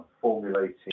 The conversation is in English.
formulating